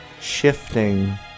shifting